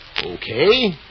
Okay